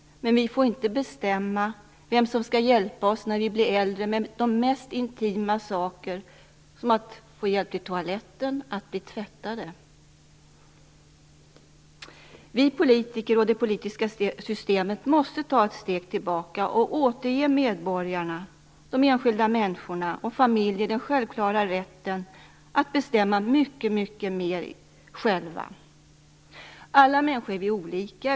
Men vi får inte bestämma vem som skall hjälpa oss när vi blir äldre med de mest intima sakerna, som att få hjälp till toaletten och att bli tvättade. Vi politiker och det politiska systemet måste ta ett steg tillbaka och återge medborgarna, de enskilda människorna och familjerna den självklara rätten att bestämma mycket mer själva. Alla människor är olika.